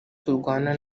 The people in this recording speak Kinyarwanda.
turwana